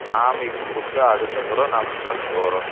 சாமி கும்பிட்டு அதுக்கப்புறம் நாம பழனி போகறோம்